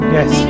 Yes